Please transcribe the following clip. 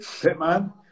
Pitman